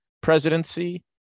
presidency